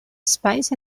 espais